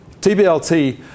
TBLT